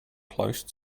close